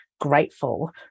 grateful